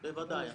בוודאי.